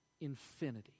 infinity